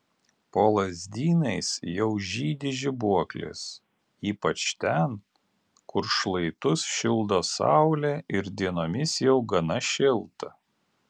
po lazdynais jau žydi žibuoklės ypač ten kur šlaitus šildo saulė ir dienomis jau gana šilta